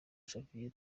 javier